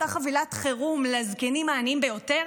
אותה חבילת חירום לזקנים העניים ביותר,